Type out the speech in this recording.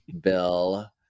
bill